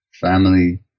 family